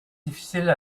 difficile